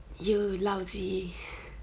you lousy